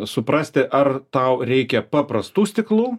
suprasti ar tau reikia paprastų stiklų